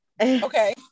okay